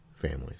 families